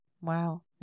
Wow